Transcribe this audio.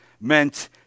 meant